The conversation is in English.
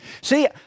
See